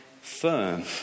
firm